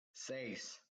seis